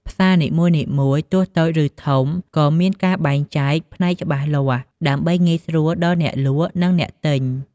ផ្សារនីមួយៗ ទោះតូច ឬធំក៏មានការបែងចែកផ្នែកច្បាស់លាស់ ដើម្បីងាយស្រួលដល់អ្នកលក់ និងអ្នកទិញ។